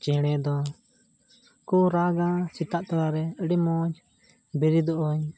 ᱪᱮᱬᱮ ᱫᱚᱠᱚ ᱨᱟᱜᱟ ᱥᱮᱛᱟᱜ ᱛᱚᱨᱟ ᱨᱮ ᱟᱹᱰᱤ ᱢᱚᱡᱽ ᱵᱮᱨᱮᱫᱚᱜ ᱟᱹᱧ